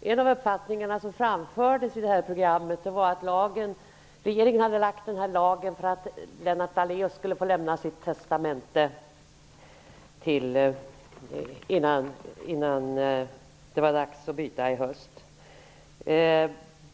En av de uppfattningar som framfördes i programmet var att regeringen hade lagt fram det här lagförslaget för att Lennart Daléus skulle få lämna sitt testamente innan det är dags att byta regering i höst.